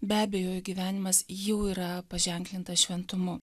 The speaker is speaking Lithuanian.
be abejojų gyvenimas jau yra paženklintas šventumu